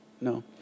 No